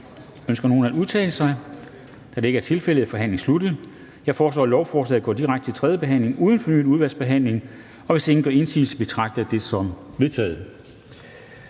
Ønsker nogen at udtale sig? Da det ikke er tilfældet, er forhandlingen sluttet. Jeg foreslår, at lovforslaget går direkte til tredje behandling uden fornyet udvalgsbehandling. Hvis ingen gør indsigelse, betragter jeg det som vedtaget.